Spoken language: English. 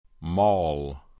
Mall